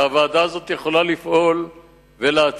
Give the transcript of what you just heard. והוועדה הזאת יכולה לפעול ולהצליח.